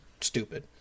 stupid